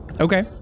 Okay